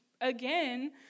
again